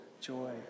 joy